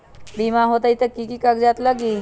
बिमा होई त कि की कागज़ात लगी?